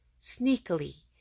sneakily